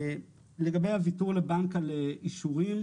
לגבי הוויתור לבנק על אישורים,